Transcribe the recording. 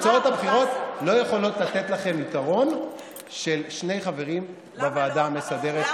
תוצאות הבחירות לא יכולות לתת לכם יתרון של שני חברים בוועדה המסדרת.